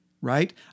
right